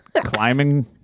climbing